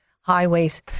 highways